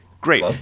Great